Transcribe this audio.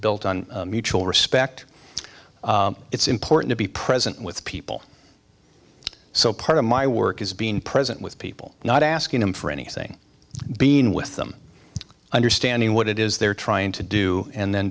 built on mutual respect it's important to be present with people so part of my work is being present with people not asking them for anything being with them understanding what it is they're trying to do and then